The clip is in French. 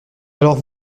alors